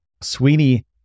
Sweeney